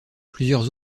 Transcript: plusieurs